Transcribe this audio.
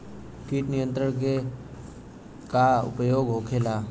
कीट नियंत्रण के का उपाय होखेला?